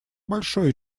большое